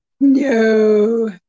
No